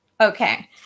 Okay